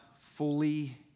fully